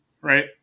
Right